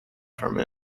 from